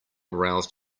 roused